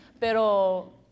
Pero